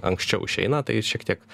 anksčiau išeina tai šiek tiek